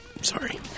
sorry